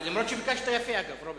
דרך אגב, רוברט,